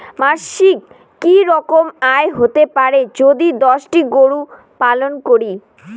মাসিক কি রকম আয় হতে পারে যদি দশটি গরু পালন করি?